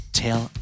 tell